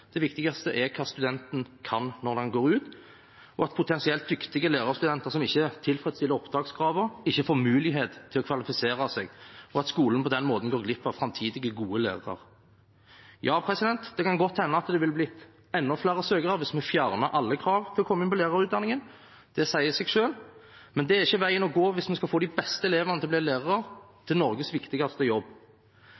Det viktigste er hva studenten kan når han går ut, og at potensielt dyktige lærerstudenter som ikke tilfredsstiller opptakskravene, ikke får mulighet til å kvalifisere seg, og at skolen på den måten går glipp av framtidige, gode lærere. Ja, det kan godt hende at det ville blitt enda flere søkere dersom vi fjernet alle krav for å komme inn på lærerutdanningen. Det sier seg selv. Men det er ikke veien å gå dersom vi skal få de beste elevene til å bli